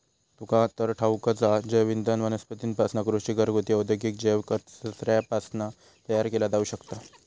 तुका तर ठाऊकच हा, जैवइंधन वनस्पतींपासना, कृषी, घरगुती, औद्योगिक जैव कचऱ्यापासना तयार केला जाऊ शकता